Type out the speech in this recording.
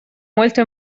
molto